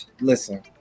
Listen